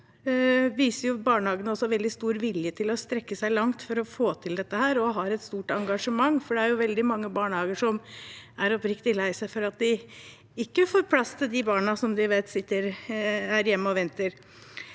viser også veldig stor vilje til å strekke seg langt for å få til dette her, og de har et stort engasjement. Det er veldig mange barnehager som er oppriktig lei seg for at de ikke får plass til de barna de vet er hjemme og venter.